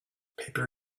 paper